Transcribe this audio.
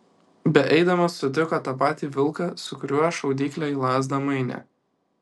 beeidamas sutiko tą patį vilką su kuriuo šaudyklę į lazdą mainė